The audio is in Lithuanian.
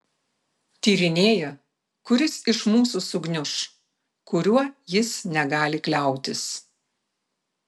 tyrinėja kuris iš mūsų sugniuš kuriuo jis negali kliautis